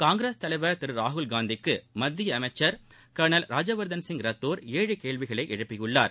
காங்கிரஸ் தலைவர் திரு ராகுல்காந்திக்கு மத்திய அமைச்சர் கர்னல் ராஜ்யவர்தன் ரத்தோர் ஏழு கேள்விகளை ஏழுப்பியுள்ளார்